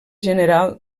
general